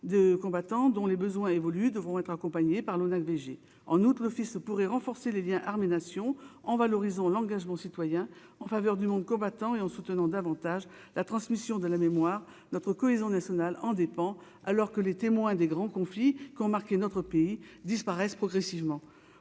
de combattants, dont les besoins évoluent devront être accompagnés par l'ONAC en outre fils pourrait renforcer les Liens armée-nation en valorisant l'engagement citoyen en faveur du monde combattant et en soutenant davantage la transmission de la mémoire notre cohésion nationale en dépend, alors que les témoins des grands conflits qui ont marqué notre pays disparaissent progressivement